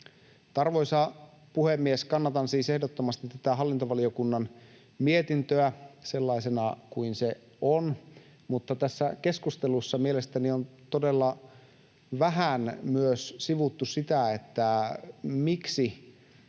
Arvoisa puhemies! Kannatan siis ehdottomasti tätä hallintovaliokunnan mietintöä sellaisena kuin se on, mutta tässä keskustelussa mielestäni on todella vähän sivuttu sitä, miksi